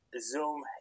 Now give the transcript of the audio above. zoom